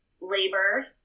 labor